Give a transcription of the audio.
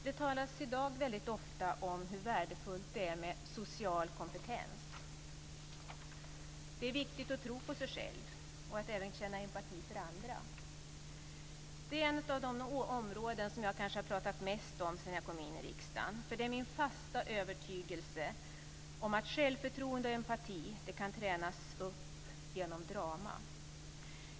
Det talas i dag väldigt ofta om hur värdefullt det är med social kompetens. Det är viktigt att tro på sig själv och att även känna empati för andra. Det är ett av de områden som jag talat mest om sedan jag kom in i riksdagen. Det är min fasta övertygelse att självförtroende och empati kan tränas upp genom drama.